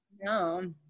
no